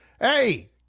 hey